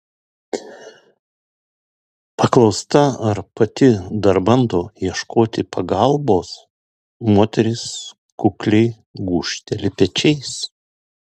paklausta ar pati dar bando ieškoti pagalbos moteris kukliai gūžteli pečiais